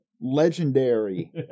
legendary